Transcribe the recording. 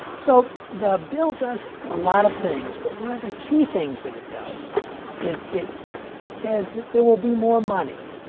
so the bill does a lot of things, but one of the key things that it does is, it says that there will be more money